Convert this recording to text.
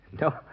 No